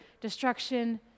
destruction